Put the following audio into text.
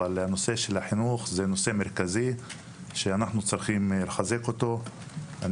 אבל הנושא של החינוך זה נושא מרכזי שאנחנו צריכים לחזק אותו.